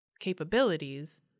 capabilities